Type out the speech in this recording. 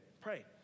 Pray